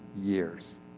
years